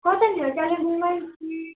कतातिर हो कालिम्पोङमै कि